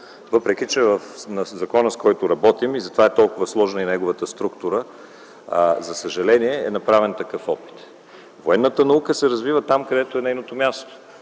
въпреки че законът, по който работим – затова е толкова сложна неговата структура, за съжаление е направен такъв опит. Военната наука се развива там, където е нейното място